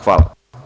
Hvala.